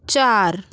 चार